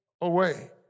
away